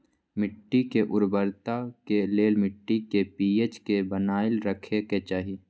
मिट्टी के उर्वरता के लेल मिट्टी के पी.एच के बनाएल रखे के चाहि